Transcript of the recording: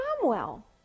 Cromwell